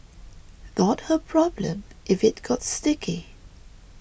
not her problem if it got sticky